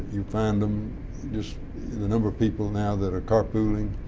you find them just and a number of people now that are carpooling.